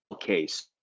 case